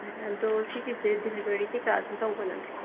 ꯍꯣꯏ ꯑꯗꯣ ꯁꯤꯒꯤꯁꯦ ꯗꯤꯂꯤꯕꯔꯤ ꯀꯩꯀꯥ ꯑꯗꯨꯝ ꯇꯧꯕ ꯅꯠꯇ꯭ꯔꯣ